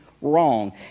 wrong